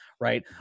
Right